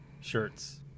shirts